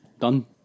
Done